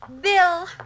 Bill